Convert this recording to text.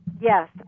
Yes